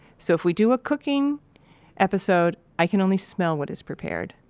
so, if we do a cooking episode, i can only smell what is prepared.